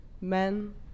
men